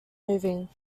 moving